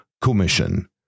commission